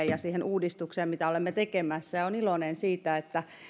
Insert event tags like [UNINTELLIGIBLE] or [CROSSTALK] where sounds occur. [UNINTELLIGIBLE] ja siihen uudistukseen mitä olemme tekemässä olen iloinen siitä että